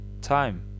time